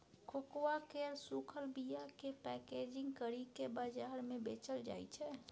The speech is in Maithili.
कोकोआ केर सूखल बीयाकेँ पैकेजिंग करि केँ बजार मे बेचल जाइ छै